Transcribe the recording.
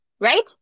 Right